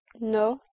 no